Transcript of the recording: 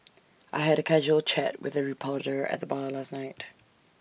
I had A casual chat with A reporter at the bar last night